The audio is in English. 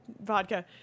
vodka